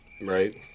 Right